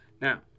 Now